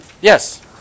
Yes